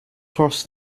cross